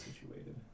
situated